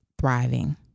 thriving